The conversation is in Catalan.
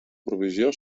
provisió